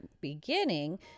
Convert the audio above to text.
beginning